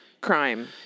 Crime